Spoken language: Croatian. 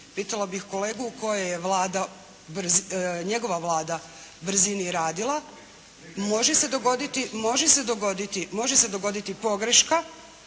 pitala bih kolegu u kojoj je Vlada, njegova Vlada brzini radila. Može se dogoditi, može